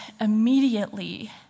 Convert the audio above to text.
immediately